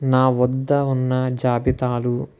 నా వద్ద ఉన్న జాబితాలు